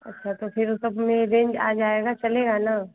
अच्छा तो फिर उस सब में रेन्ज आ जाएगा चलेगा ना